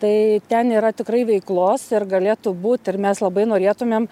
tai ten yra tikrai veiklos ir galėtų būt ir mes labai norėtumėm